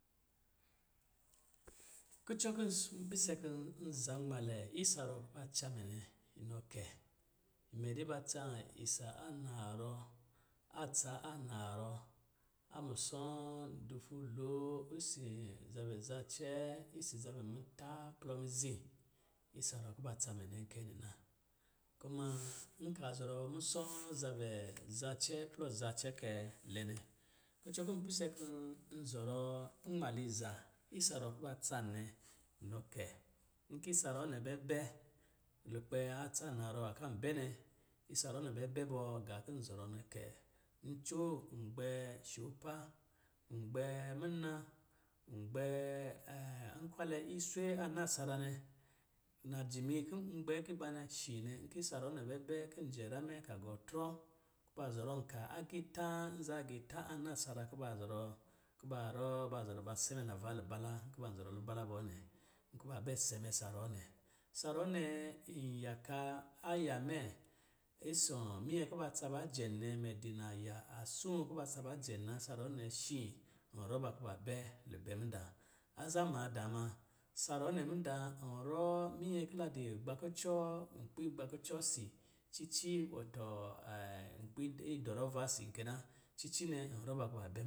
Kucɔ kɔ̄ n pise kɔ̄ n nzanmalɛ isa ruwɔ̄ kuba tsa mɛ nɛ nɔkɛ, mɛ dɛ ban tsa isa a navɔ, a tsa a narɔ, a musɔ̄ɔ̄ dufu loo isi zabɛ zacɛɛ isis zabɛ muta plɔ mizi. Isa ruwɔ̄ kuba tsa mɛ nɛ kɛ nɛ na. Kuma, nka zɔrɔ musɔ̄ zabɛ zacɛɛ a plɔ zacɛɛ kɛ lɛ nɛ kucɔ kɔ̄ pise kɔ̄ n zɔrɔ nmaliza isa ruwɔ̄ kuba tsa nɛ, nɔ kɛi nki isa ruwɔ̄ nɛ bɛ bɛ lukpɛ a tsa narɔ nwa kan bɛ nɛ, isa ruwɔ̄ nɛ bɛ bɔɔ gā kɔ̄ n zɔrɔ nɛ kɛ, ncoo n gbɛ shoopa, n gbɛ muna, n gbɛ nkwalɛ iswe a nasara nɛ. Najimi kɔ̄ n gbɛ agiibanɛ shi nɛ, nki isa ruwɔ̄ nɛ bɛ bɛ, kin jɛ ra mɛ ka gɔ trɔ, kuba zɔtɔm ka agiitāā nza agitā a nasara kuba zɔrɔ, kuba rɔ, ba zɔrɔ, ba sɛmɛ nava lubala kuba zɔrɔ lubala bɔ nɛ. Kuba bɛ sɛmɛ sa ruwɔ̄ nɛ. Sa ruwɔ̄ nɛ, iyaka aya mɛ isɔ̄ minyɛ kuba tsa ba jɛm nɛ, mɛ di naya asɔ̄ɔ̄ kuba tsa ba jɛm na. Isa ruwɔ̄ nɛ shi, n rɔ ba kuba bɛ lubɛ mudaa. Aza maadaa ma, isa ruwɔ̄ nɛ mudaa, n rɔ minyɛ ki la di gbakucɔ nkpi gbakucɔ si cici wɔtɔ nkpi idɔrɔɔva si kɛ na. Ci ci nɛ, rɔ ba kuba bɛ.